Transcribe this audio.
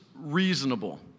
reasonable